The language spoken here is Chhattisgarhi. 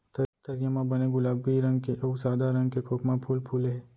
तरिया म बने गुलाबी रंग के अउ सादा रंग के खोखमा फूल फूले हे